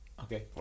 Okay